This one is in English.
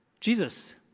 Jesus